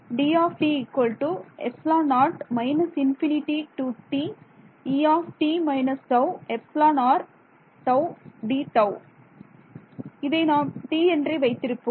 மாணவர் இதை நாம் t என்றே வைத்திருப்போம்